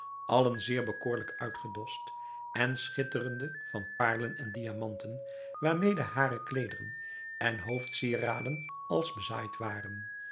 allen zeer bekoorlijk uitgedost en schitterende van paarlen en diamanten waarmede hare kleederen en hoofdsieraden als bezaaid waren